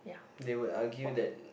they would argue that